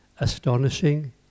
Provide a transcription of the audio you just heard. astonishing